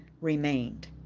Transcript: remained